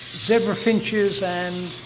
zebra finches and?